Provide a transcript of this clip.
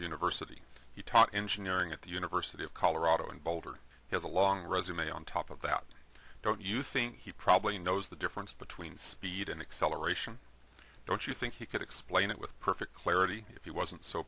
university he taught engineering at the university of colorado in boulder has a long resume on top of that don't you think he probably knows the difference between speed and acceleration don't you think he could explain it with perfect clarity if he wasn't so